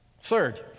Third